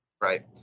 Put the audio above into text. Right